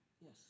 Yes